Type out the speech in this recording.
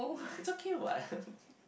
it's okay what